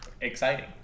exciting